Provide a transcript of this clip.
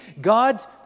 God's